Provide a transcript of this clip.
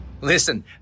Listen